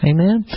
Amen